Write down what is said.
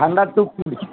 ঠান্ডার টুপি